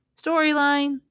storyline